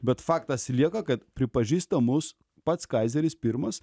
bet faktas lieka kad pripažįsta mus pats kaizeris pirmas